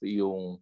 yung